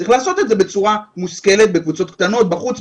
צריך לעשות את זה בצורה מושכלת בקבוצות קטנות בחוץ,